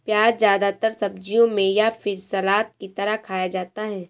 प्याज़ ज्यादातर सब्जियों में या फिर सलाद की तरह खाया जाता है